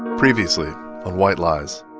previously on white lies.